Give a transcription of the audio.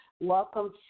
welcome